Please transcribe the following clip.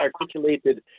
articulated